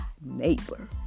neighbor